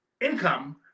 income